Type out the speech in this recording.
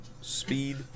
speed